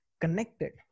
connected